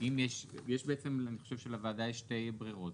אני חושב שלוועדה יש שתי ברירות,